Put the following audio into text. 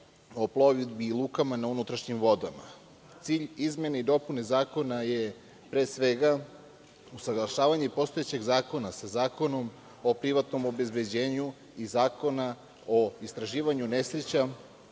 o plovidbi i lukama na unutrašnjim vodama. Cilj izmene i dopune zakona je pre svega usaglašavanje postojećeg zakona sa Zakonom o privatnom obezbeđenju i Zakona o istraživanju nesreća